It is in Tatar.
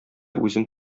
үзем